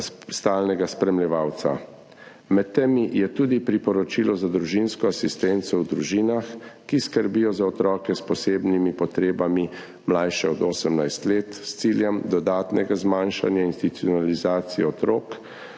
stalnega spremljevalca. Med temi je tudi priporočilo za družinsko asistenco v družinah, ki skrbijo za otroke s posebnimi potrebami, mlajše od 18 let, s ciljem dodatnega zmanjšanja institucionalizacije otrok